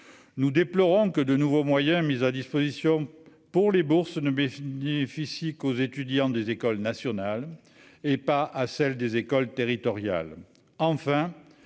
nous déplorons que de nouveaux moyens mis à disposition pour les bourses ne baissent 10 physique aux étudiants des écoles nationales et pas à celle des écoles territoriale,